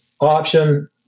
option